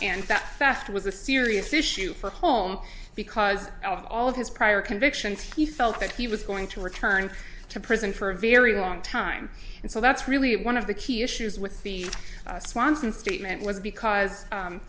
that fast was a serious issue for home because of all of the prior convictions he felt that he was going to return to prison for a very long time and so that's really one of the key issues with the swanson statement was because